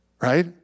Right